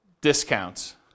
discounts